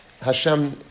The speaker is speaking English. Hashem